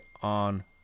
on